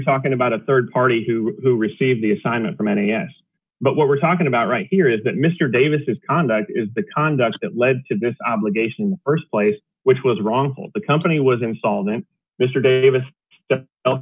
talking about a rd party who who received the assignment for many yes but what we're talking about right here is that mr davis is on that is the conduct that led to this obligation st place which was wrongful the company was installed and mr davis